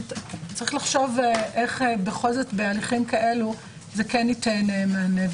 צריך לחשוב איך בכל זאת בהליכים כאלו זה כן ייתן מענה,